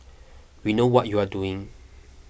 we know what you are doing